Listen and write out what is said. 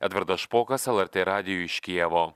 edvardas špokas lrt radijui iš kijevo